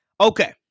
Okay